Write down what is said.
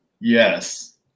Yes